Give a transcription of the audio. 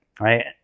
Right